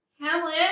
Hamlet